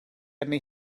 arni